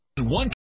One